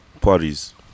Parties